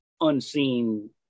unseen